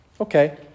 okay